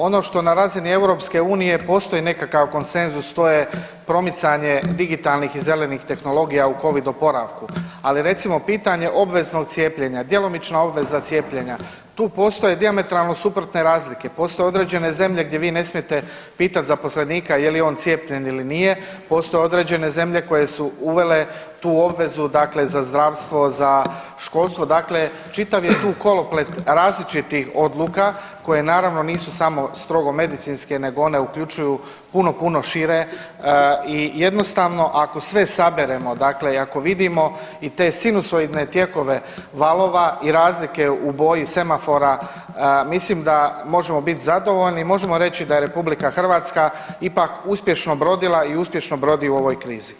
Ono što na razini EU postoji nekakav konsenzus, to je promicanje digitalnih i zelenih tehnologija u Covid oporavku, ali recimo pitanje obveznog cijepljenja, djelomična obveza cijepljenja, tu postoje dijametralno suprotne razlike, postoje određene zemlje gdje vi ne smijete pitat zaposlenika je li on cijepljen ili nije, postoje određene zemlje koje su uvele tu obvezu za zdravstvo, za školstvo, dakle čitav je tu koloplet različitih odluka koje naravno nisu samo strogo medicinske nego one uključuju puno, puno šire i jednostavno ako sve saberemo i ako vidimo i te sinusoidne tijekove valova i razlike u boji semafora mislim da možemo biti zadovoljni i možemo reći da je RH ipak uspješno brodila i uspješno brodi u ovoj krizi.